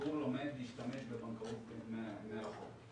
הציבור לומד להשתמש בבנקאות מרחוק.